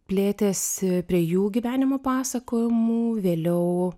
plėtėsi prie jų gyvenimo pasakojimų vėliau